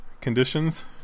conditions